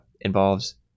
involves